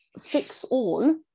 fix-all